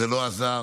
זה לא עזר,